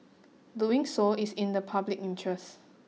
doing so is in the public interest